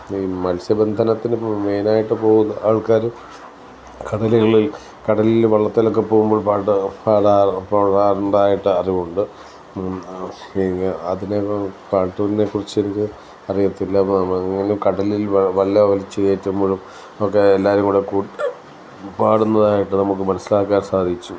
ഈ മത്സ്യബന്ധനത്തിന് ഇപ്പം മെയിനായിട്ട് പോകുന്ന ആൾക്കാരും കടലുകളിൽ കടലിൽ വള്ളത്തിലൊക്കെ പോകുമ്പോൾ പാട്ട് പാടാറ് പാടാറുണ്ടായിട്ട് അറിവുണ്ട് അതിനെ പാട്ടിനെ കുറിച്ച് എനിക്ക് അറിയത്തില്ല കടലിൽ വല വലിച്ചു കയറ്റുമ്പോഴും ഒക്കെ എല്ലാവരും കൂടെ പാടുന്നതായിട്ട് നമുക്ക് മനസ്സിലാക്കാൻ സാധിച്ചു